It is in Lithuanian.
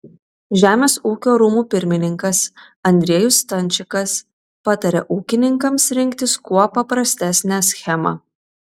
žemės ūkio rūmų pirmininkas andriejus stančikas patarė ūkininkams rinktis kuo paprastesnę schemą